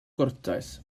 gwrtais